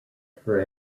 for